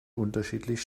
unterschiedlich